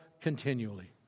continually